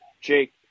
Jake